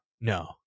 No